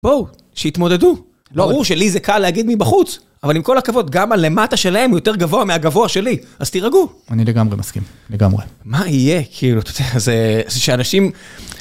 בואו, שהתמודדו, לא ברור שלי זה קל להגיד מבחוץ, אבל עם כל הכבוד גם הלמטה שלהם היא יותר גבוהה מהגבוהה שלי, אז תירגעו. אני לגמרי מסכים, לגמרי. מה יהיה כאילו, אתה יודע, זה שאנשים...